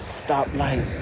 stoplight